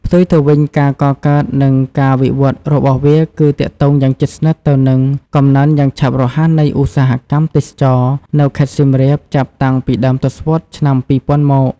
ផ្ទុយទៅវិញ ការកកើត និងការវិវត្តរបស់វាគឺទាក់ទងយ៉ាងជិតស្និទ្ធទៅនឹង កំណើនយ៉ាងឆាប់រហ័សនៃឧស្សាហកម្មទេសចរណ៍ នៅខេត្តសៀមរាប ចាប់តាំងពីដើមទសវត្សរ៍ឆ្នាំ ២០០០ មក។